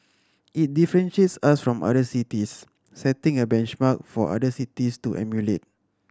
it differentiates us from other cities setting a benchmark for other cities to emulate